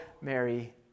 Mary